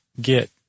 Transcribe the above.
get